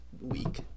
week